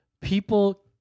people